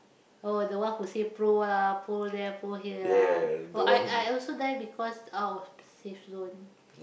oh the one who say pro lah pro there pro here lah oh I I also die because out of safe zone